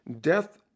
Death